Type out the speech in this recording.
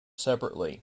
separately